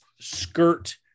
skirt